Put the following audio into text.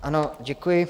Ano, děkuji.